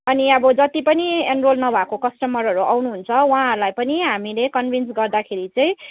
अनि अब जति पनि एनरोल नभएको कस्टमरहरू आउनुहुन्छ उहाँहरूलाई पनि हामीले कन्भिन्स गर्दाखेरि चाहिँ